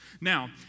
Now